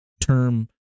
term